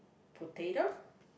potato